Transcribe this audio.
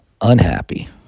unhappy